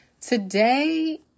Today